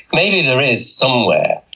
maybe there is somewhere.